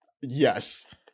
yes